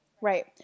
Right